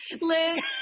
Liz